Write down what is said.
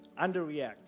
Underreact